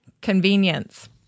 Convenience